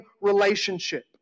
relationship